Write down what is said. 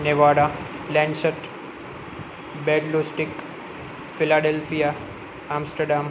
મેવાડા લેન્સર્ટ બેડ લોસ્ટીક ફિલાડેલ્ફિયા આમસ્ટરડામ